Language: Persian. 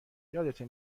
یادته